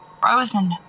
frozen